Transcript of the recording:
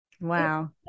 Wow